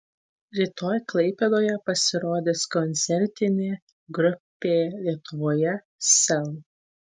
rytoj klaipėdoje pasirodys koncertinė grupė lietuvoje sel